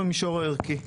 הערכי.